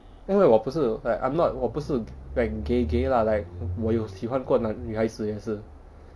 因为我不是 like I'm not 我不是 like gay gay lah like 我有喜欢过男女孩也是